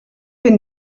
been